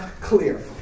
clear